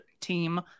team